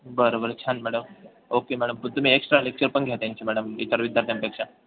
बरं बरं छान मॅडम ओके मॅडम पण तुम्ही एक्स्ट्रा लेक्चर पण घ्या त्यांची मॅडम इतर विद्यार्थ्यांपेक्षा